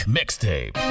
Mixtape